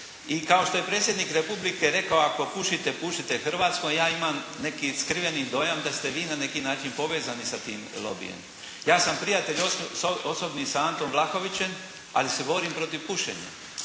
I kao što je Predsjednik Republike rekao, ako pušite, pušite hrvatsko, ja imam neki skriveni dojam da ste vi na neki način povezani sa tim lobijem. Ja sam prijatelj osobni sa Antom Vlahovićem ali se borim protiv pušenja.